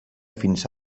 fins